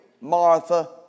Martha